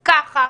ככה.